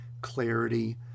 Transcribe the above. clarity